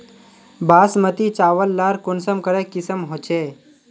बासमती चावल लार कुंसम करे किसम होचए?